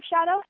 Shadow